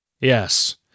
Yes